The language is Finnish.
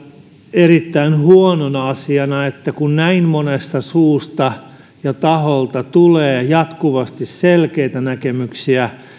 erittäin huonona asiana että kun näin monesta suusta ja monelta taholta tulee jatkuvasti selkeitä näkemyksiä